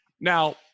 Now